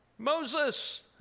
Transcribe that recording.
Moses